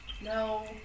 No